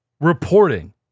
reporting